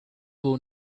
will